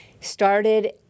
started